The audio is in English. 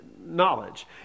knowledge